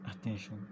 attention